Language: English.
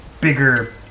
bigger